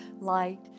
light